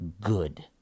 good